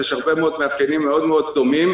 יש הרבה מאוד מאפיינים מאוד מאוד דומים,